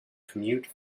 commute